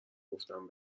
گفتم